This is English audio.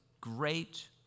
great